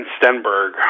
Stenberg